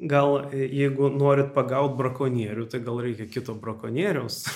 gal jeigu norit pagaut brakonierių tai gal reikia kito brakonieriaus